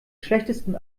schlechtesten